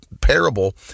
parable